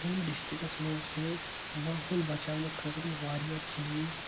کۄلگامۍ ڈِسٹِکَس منٛز چھِ ماحول بَچاونہٕ خٲطرٕ واریاہ چیٖز